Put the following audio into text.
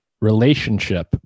relationship